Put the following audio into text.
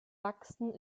wachsen